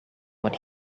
what